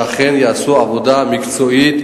שאכן יעשו עבודה מקצועית,